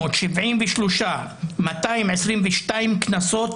673,222 קנסות